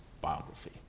Biography